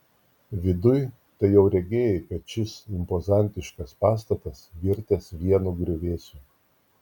viduj tai jau regėjai kad šis impozantiškas pastatas virtęs vienu griuvėsiu